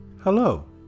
Hello